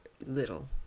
little